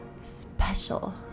special